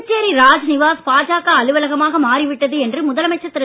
புதுச்சேரி ராஜ்நிவாஸ் பாஜக அலுவலகமாக மாறிவிட்டது என்று முதலமைச்சர் திரு